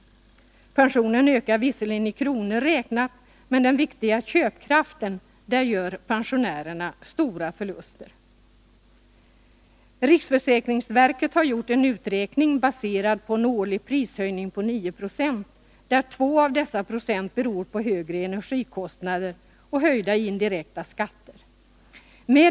Pensionen ökar visserligen i kronor räknat, men när det gäller den viktiga ”köpkraften” gör pensionärerna stora förluster. Riksförsäkringsverket har gjort en uträkning, baserad på en årlig prishöjning på 9 96, där två av dessa procentenheter beror på högre energikostnader och höjda indirekta skatter.